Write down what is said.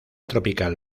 tropical